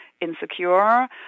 insecure